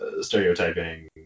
stereotyping